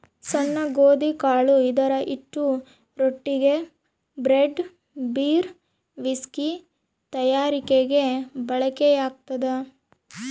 ಸಣ್ಣ ಗೋಧಿಕಾಳು ಇದರಹಿಟ್ಟು ರೊಟ್ಟಿಗೆ, ಬ್ರೆಡ್, ಬೀರ್, ವಿಸ್ಕಿ ತಯಾರಿಕೆಗೆ ಬಳಕೆಯಾಗ್ತದ